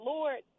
Lord